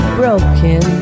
broken